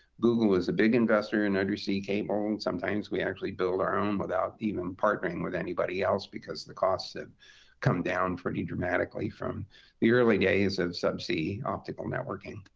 google is a big investor in undersea cable. sometimes we actually build our own without even partnering with anybody else because the costs have come down pretty dramatically from the early days of subsea optical networking.